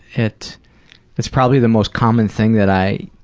it it's probably the most common thing that i,